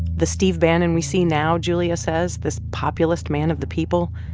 the steve bannon we see now, julia says, this populist man of the people,